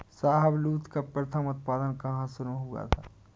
शाहबलूत का प्रथम उत्पादन कहां शुरू हुआ था?